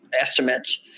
estimates